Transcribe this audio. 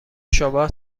شما